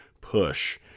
push